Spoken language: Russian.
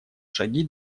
шаги